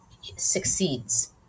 succeeds